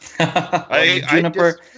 Juniper